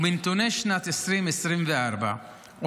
ומנתוני שנת 2024 עולה